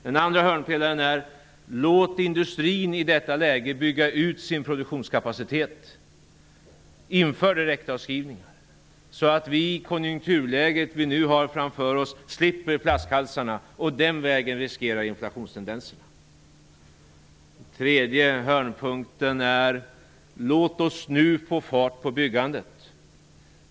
Den andra hörnpelaren är att låta industrin i detta läge bygga ut sin produktionskapacitet och att införa direktavskrivningar, så att vi i det konjunkturläge som vi nu har framför oss slipper flaskhalsarna och därmed undviker inflationstendenserna. Den tredje hörnpelaren är att vi nu skall få fart på byggandet.